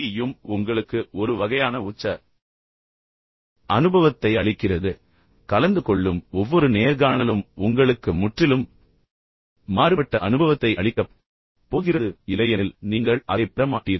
யும் உங்களுக்கு ஒரு வகையான உச்ச அனுபவத்தை அளிக்கிறது கலந்து கொள்ளும் ஒவ்வொரு நேர்காணலும் உங்களுக்கு முற்றிலும் மாறுபட்ட அனுபவத்தை அளிக்கப் போகிறது இல்லையெனில் நீங்கள் அதைப் பெற மாட்டீர்கள்